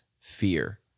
fear